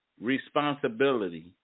responsibility